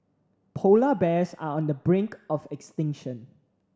polar bears are on the brink of extinction